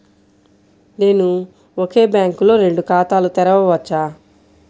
నేను ఒకే బ్యాంకులో రెండు ఖాతాలు తెరవవచ్చా?